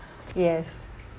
yes